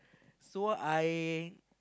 so I